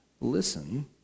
listen